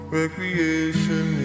recreation